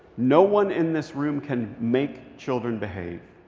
no one in this room can make children behave.